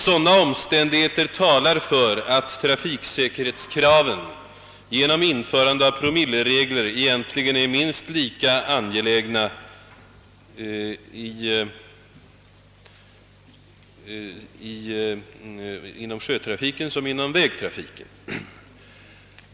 Sådana omständigheter talar för att trafiksäkerhetskraven genom införande av promilleregler är minst lika angelägna inom sjötrafiken som inom vägtrafiken.